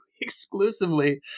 Exclusively